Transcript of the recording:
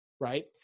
Right